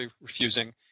refusing